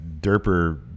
derper